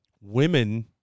women